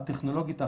הטכנולוגית העכשווית,